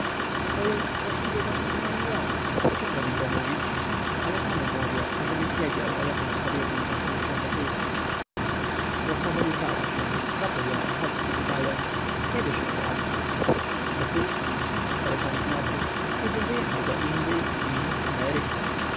to jest właściwie zaciągnęli ją przykro mi to mówić ale panu mówię ażebyś wiedział o jakąto kobietę potknął się wokulski rozmowa urwała się zaczął ją ochocki pytając kiedyż on wraca wokulski odparł pan ignacy przecież wyjechał do indyi chin ameryki